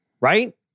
Right